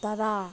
ꯇꯔꯥ